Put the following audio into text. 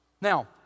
Now